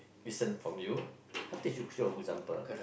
listen from you have to you show a good example